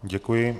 Děkuji.